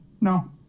No